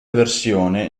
versione